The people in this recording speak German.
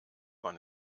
man